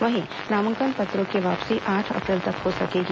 वहीं नामांकन पत्रों की वापसी आठ अप्रैल तक हो सकेगी